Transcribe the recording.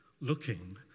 looking